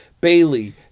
...Bailey